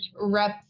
rep